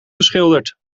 geschilderd